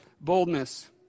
boldness